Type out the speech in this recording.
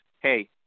hey